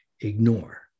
ignore